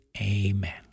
amen